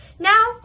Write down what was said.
Now